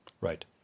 Right